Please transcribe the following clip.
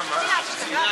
אז אנחנו הסכמנו,